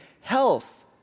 health